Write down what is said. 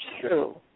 true